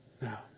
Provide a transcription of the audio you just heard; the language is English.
now